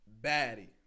baddie